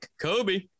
Kobe